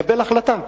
ולקבל החלטה.